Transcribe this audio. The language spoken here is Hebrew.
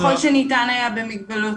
ככל שניתן היה במגבלות,